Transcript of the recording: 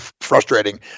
frustrating